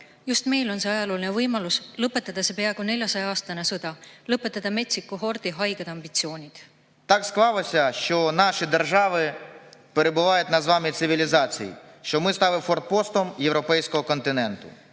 Just meil on ajalooline võimalus lõpetada see peaaegu 400-aastane sõda, lõpetada metsiku hordi haiged ambitsioonid.